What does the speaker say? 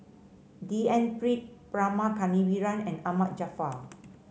D N Pritt Rama Kannabiran and Ahmad Jaafar